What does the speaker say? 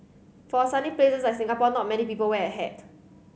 for a sunny place like Singapore not many people wear a hat